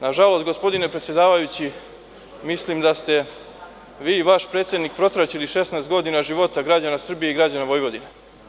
Nažalost gospodine predsedavajući, mislim da ste vi i vaš predsednik protraćili 16 godina života građana Srbije i građana Vojvodine.